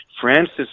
Francis